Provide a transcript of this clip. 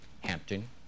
Hampton